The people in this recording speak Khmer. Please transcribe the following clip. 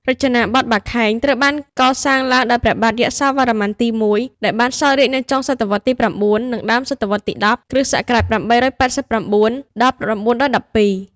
រចនាបថបាខែង ត្រូវបានក៏សាងឡើងដោយព្រះបាទយសោវ្ម័នទី១ ដែលបានសោយរាជ្យនៅចុងសតវត្សទី៩ និងដើមសតវត្សទី១០ (គ.ស. ៨៨៩-៩១២)។